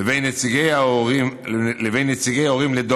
לבין נציגי הורים לדורותיהם